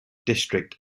district